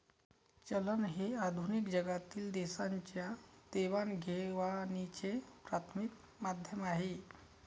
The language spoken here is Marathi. चलन हे आधुनिक जगातील देशांच्या देवाणघेवाणीचे प्राथमिक माध्यम आहे